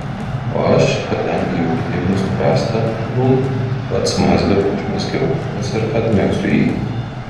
o aš kadangi jau kitaip nuspręsta nūn pats mazgą užmezgiau pats ir atmegsiu jį